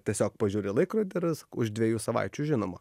tiesiog pažiūri į laikrodį ir už dviejų savaičių žinoma